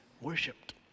worshipped